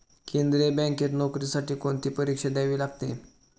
केंद्रीय बँकेत नोकरीसाठी कोणती परीक्षा द्यावी लागते?